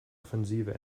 offensive